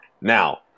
now